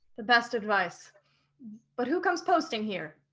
the best advice but who comes posting here?